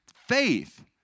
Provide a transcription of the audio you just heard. faith